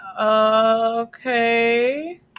okay